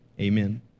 Amen